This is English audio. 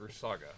saga